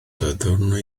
doeddwn